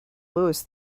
louis